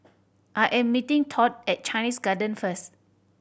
I am meeting Todd at Chinese Garden first